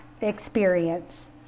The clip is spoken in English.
experience